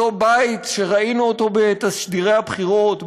אותו בית שראינו אותו בתשדירי הבחירות,